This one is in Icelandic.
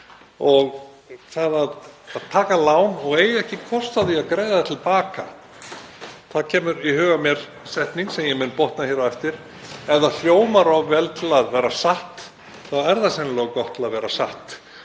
Það að taka lán og eiga ekki kost á því að greiða það til baka — þá kemur í huga mér setning sem ég mun botna hér á eftir: Ef það hljómar of vel til að vera satt, þá er það sennilega of gott til að vera satt.